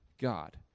God